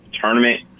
Tournament